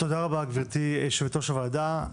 תודה רבה גברתי יושבת ראש הוועדה.